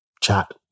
Chat